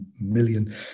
Million